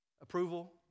Approval